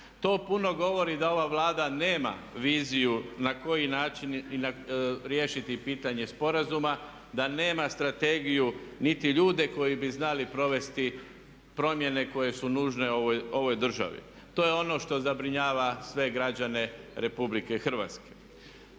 To puno govori da ova Vlada nema viziju na koji način riješiti pitanje sporazuma, da nema strategiju niti ljude koji bi znali provesti promjene koje su nužne u ovoj državi. To je ono što zabrinjava sve građane RH. Evo ovdje